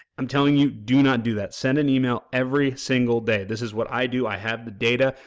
i'm telling you do not do that, send an email every single day, this is what i do, i have the data,